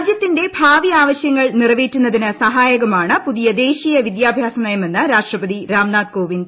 രാജ്യത്തിന്റെ ഭാവി ആവശ്യങ്ങൾ നിറവേറ്റുന്നതിന് സഹായകമാണ് പുതിയ ദേശീയ വിദ്യാഭ്യാസനയമെന്ന് രാഷ്ട്രപതി രാം നാഥ് കോവിന്ദ്